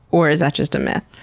or is that just a myth?